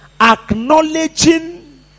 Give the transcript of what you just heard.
acknowledging